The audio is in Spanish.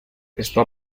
esto